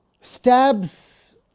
stabs